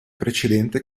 precedente